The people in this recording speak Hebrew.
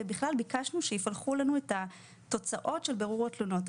ובכלל ביקשנו שיפלחו לנו את התוצאות של בירור התלונות.